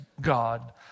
God